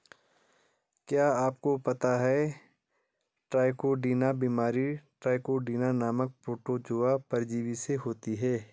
क्या आपको पता है ट्राइकोडीना बीमारी ट्राइकोडीना नामक प्रोटोजोआ परजीवी से होती है?